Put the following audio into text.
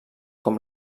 com